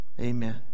Amen